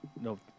no